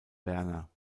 werner